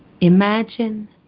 Imagine